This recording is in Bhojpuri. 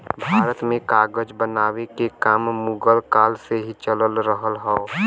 भारत में कागज बनावे के काम मुगल काल से ही चल रहल हौ